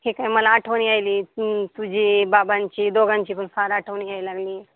ठीक आहे मला आठवणी यायली तुझी बाबांची दोघांचीपण फार आठवणी यायला लागली